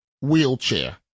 wheelchair